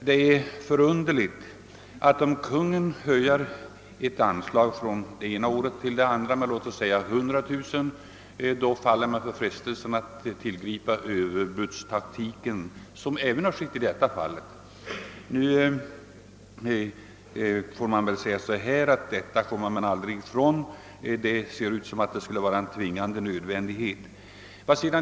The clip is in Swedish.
Det är förunderligt att om Kungl. Maj:t vill höja ett anslag från det ena året till det andra med låt oss säga 100 000 kronor, faller man genast för frestelsen att tillgripa överbudspolitik, vilket har skett även i detta fall. Nu får vi väl säga att vi aldrig kommer ifrån detta — det ser ut som om det skulle vara en tvingande nödvändighet.